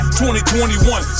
2021